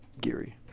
Geary